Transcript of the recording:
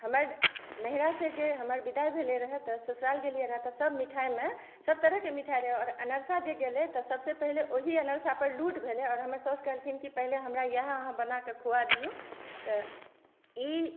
हमर नहिरासँ जे हमर बिदाइ भेलै रहै तऽ ससुराल गेलिए रहै तऽ सब मिठाइमे सब तरहके मिठाइ रहै आओर अनरसा जे गेलै तऽ सबसँ पहिले ओहि अनरसापर लूट भेलै आओर हमर सौस कहलखिन कि पहिले हमरा इएह अहाँ बनाकऽ खुआ दिअ तऽ ई